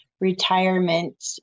retirement